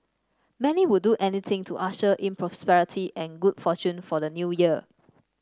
many would do anything to usher in prosperity and good fortune for the New Year